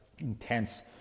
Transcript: intense